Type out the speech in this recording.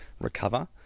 recover